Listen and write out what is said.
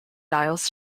dials